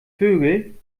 vögel